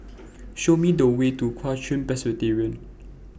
Show Me The Way to Kuo Chuan Presbyterian